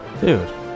Dude